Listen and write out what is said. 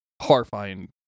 horrifying